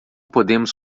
podemos